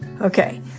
Okay